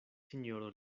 sinjoro